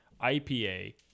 ipa